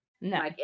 No